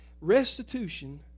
restitution